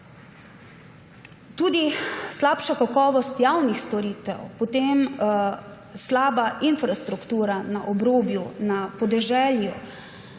Tudi slabša kakovost javnih storitev, potem slaba infrastruktura na obrobju, na podeželju,